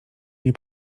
nie